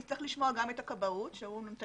נצטרך לשמוע גם את הכבאות שהוא נותן